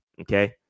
okay